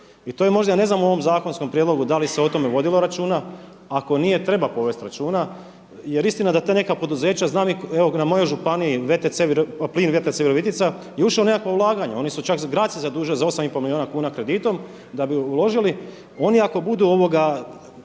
I to je možda ja ne znam u ovom zakonskom prijedlogu da li se o tome vodilo računa, ako nije treba povesti računa jer istina je da ta neka poduzeća, znam evo na mojom županiji Plin VTC Virovitica je ušao u nekakva ulaganja. Oni su čak grad se zadužio za 8,5 milijuna kuna kreditom da bi uložili, oni ako budu u